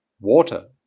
water